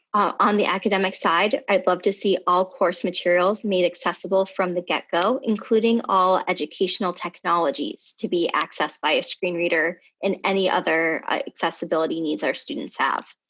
on the academic side, i'd love to see all course materials made accessible from the get-go, including all educational technologies to be accessed by a screen reader and any other accessibility needs our students have.